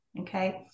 Okay